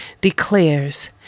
declares